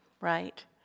right